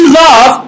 love